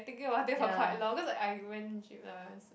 thinking of what they have a quite long because I went gym lah it's